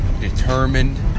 determined